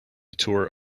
tour